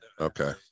Okay